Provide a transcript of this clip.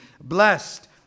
blessed